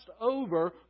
over